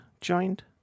joined